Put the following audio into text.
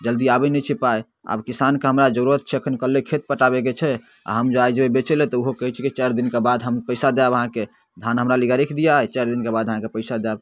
जल्दी आबै नहि छै पाइ आब किसानके हमरा जरूरत छै एखन काल्हिए खेत पटाबैके छै आओर हम जे आइ जेबै बेचैलए तऽ ओहो कहै छै कि चाइरदिनका बाद हम पइसा देब अहाँके धान हमरालग राखि दिअऽ चारिदिनका बाद अहाँके पइसा देब